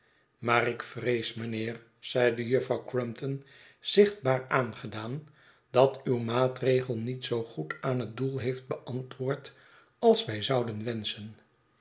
maar ik vrees mijnheer zeide juffrouw crumpton zichtbaar aangedaan dat uw maatregel niet zoo goed aan het doel heeft beantwoord als wij zouden wenschen